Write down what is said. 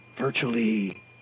Virtually